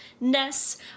ness